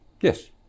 Yes